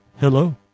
hello